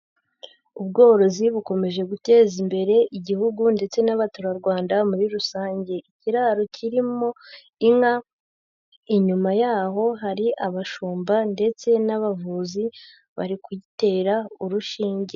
Ubworozi bukomeje guteza imbere Igihugu ndetse n'abaturarwanda muri rusange. Ikiraro kirimo inka, inyuma yaho hari abashumba ndetse n'abavuzi bari kuyitera urushinge.